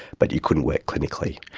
but you couldn't work clinically.